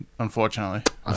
Unfortunately